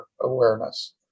awareness